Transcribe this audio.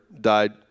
died